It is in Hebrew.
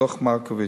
דוח-מרקוביץ.